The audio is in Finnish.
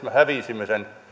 me hävisimme sen